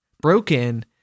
broken